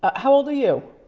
ah how old are you?